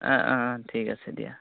অঁ অঁ অঁ ঠিক আছে দিয়া